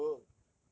devil